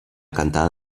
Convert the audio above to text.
cantada